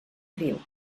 riu